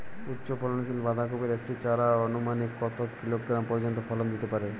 উচ্চ ফলনশীল বাঁধাকপির একটি চারা আনুমানিক কত কিলোগ্রাম পর্যন্ত ফলন দিতে পারে?